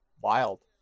Wild